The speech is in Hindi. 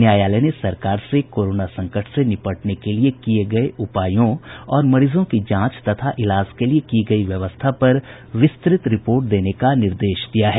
न्यायालय ने सरकार से कोरोना संकट से निपटने के लिये किये गये उपायों और मरीजों की जांच तथा इलाज के लिये की गयी व्यवस्था पर विस्तृत रिपोर्ट देने का निर्देश दिया है